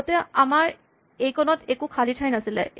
আগতে আমাৰ এইকণত একো খালী ঠাই নাছিলে